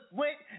went